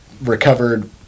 recovered